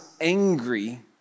angry